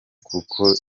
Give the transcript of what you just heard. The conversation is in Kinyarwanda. kuko